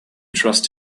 trust